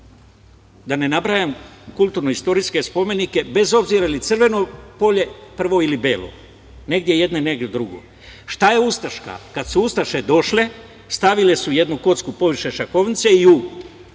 da ne nabrajam kulturnoistorijske spomenike, bez obzira je li crveno polje prvo ili belo. Negde je jedno, negde drugo. Šta je ustaška? Kada su ustaše došle, stavile su jednu kocku poviše šahovnice i kada